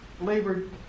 labored